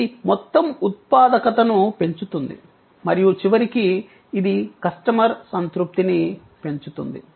ఇది మొత్తం ఉత్పాదకతను పెంచుతుంది మరియు చివరికి ఇది కస్టమర్ సంతృప్తిని పెంచుతుంది